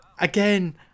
again